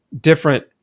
different